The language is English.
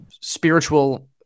spiritual